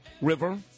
river